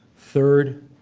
third,